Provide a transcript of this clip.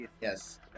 Yes